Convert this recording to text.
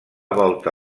volta